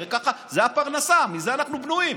הרי זו הפרנסה, מזה אנחנו בנויים.